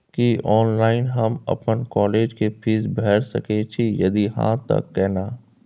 की online हम अपन college के फीस भैर सके छि यदि हाँ त केना?